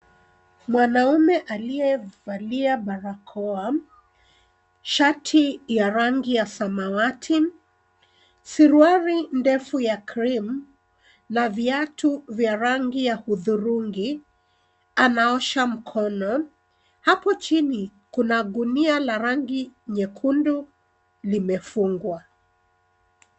Mwanaume aliyevalia barakoa, shati ya rangi ya samawati, suruali ndefu ya cream , na viatu vya rangi ya hudhurungi, anaosha mkono. Hapo chini kuna gunia la rangi nyekundu limefungwa.